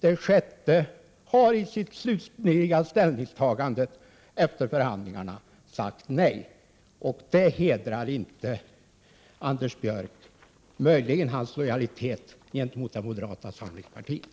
Det sjätte har efter förhandlingar i sitt slutliga ställningstagande sagt nej, och det hedrar inte Anders Björck. Det hedrar möjligtvis hans lojalitet gentemot moderata samlingspartiet.